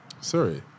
Sorry